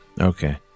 Okay